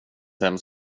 vem